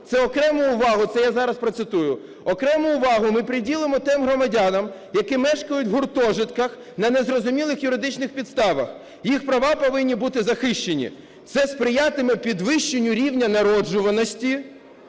"Окрему увагу ми приділимо тим громадянам, які мешкають у гуртожитках на незрозумілих юридичних підставах. Їх права повинні бути захищені. Це сприятиме підвищенню рівня народжуваності